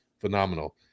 phenomenal